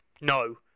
No